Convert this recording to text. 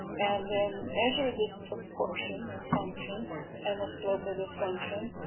and then measured this proportional function and the slope of this function,